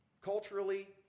Culturally